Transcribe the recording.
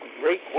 great